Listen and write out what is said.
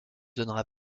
donnera